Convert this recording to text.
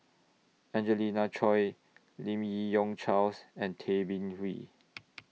Angelina Choy Lim Yi Yong Charles and Tay Bin Wee